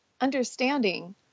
understanding